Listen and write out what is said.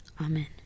Amen